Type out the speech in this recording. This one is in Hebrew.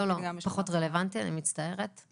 פחות רלוונטי, אני מצטערת.